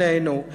שנינו,